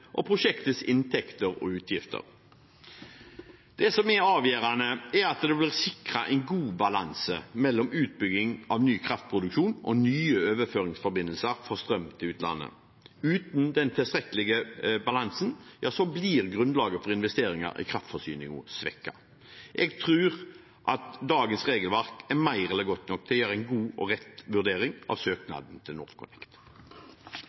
og prosjektets inntekter og utgifter. Det som er avgjørende, er at det blir sikret en god balanse mellom utbygging av ny kraftproduksjon og nye overføringsforbindelser for strøm til utlandet. Uten den tilstrekkelige balansen blir grunnlaget for investeringer i kraftforsyningen svekket. Jeg tror at dagens regelverk er mer enn godt nok til å gjøre en god og rett vurdering av